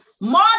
more